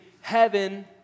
heaven